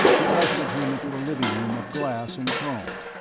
he ushered him into a living room of glass and chrome,